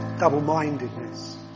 double-mindedness